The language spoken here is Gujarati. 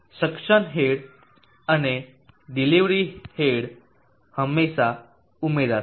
સક્શન હેડ અને ડિલિવરી હેડ હંમેશાં ઉમેરાશે